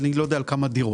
אני לא יודע על כמה דירות.